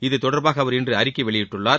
இத்தொடர்பாக அவர் இன்று அறிக்கை வெளியிட்டுள்ளார்